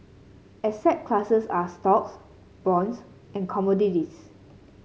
asset classes are stocks bonds and commodities